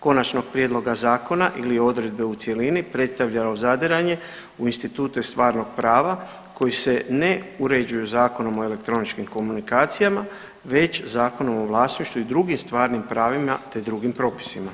konačnog prijedloga zakona ili odredbe u cjelini predstavljalo zadiranje u institute stvarnog prava koji se ne uređuju Zakonom o elektroničkim komunikacijama već Zakonom o vlasništvu i drugim stvarnim pravima, te drugim propisima.